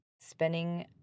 spending